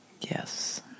Yes